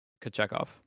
Kachekov